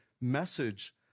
message